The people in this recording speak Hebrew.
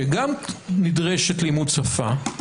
שגם נדרש שם לימוד שפה,